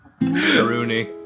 Rooney